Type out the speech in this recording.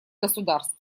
государств